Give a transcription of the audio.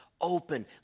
open